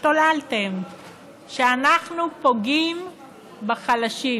השתוללתם שאנחנו פוגעים בחלשים.